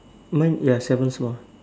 mine ya seven small